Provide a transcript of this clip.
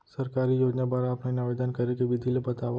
सरकारी योजना बर ऑफलाइन आवेदन करे के विधि ला बतावव